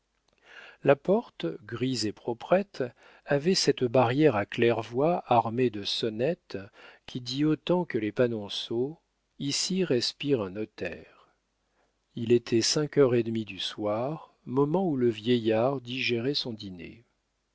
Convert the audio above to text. la porte grise et proprette avait cette barrière à claire-voie armée de sonnettes qui dit autant que les panonceaux ici respire un notaire il était cinq heures et demie du soir moment où le vieillard digérait son dîner